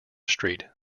street